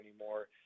anymore